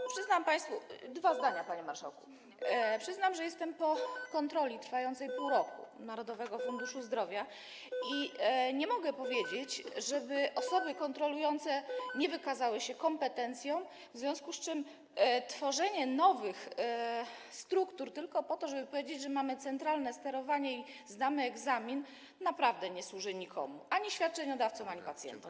Bo przyznam państwu - dwa zdania, panie marszałku - że jestem po trwającej pół roku kontroli Narodowego Funduszu Zdrowia i nie mogę powiedzieć, że osoby kontrolujące nie wykazały się kompetencją, w związku z czym tworzenie nowych struktur tylko po to, żeby powiedzieć, że mamy centralne sterowanie i zdamy egzamin, naprawdę nie służy nikomu - ani świadczeniodawcom, ani pacjentom.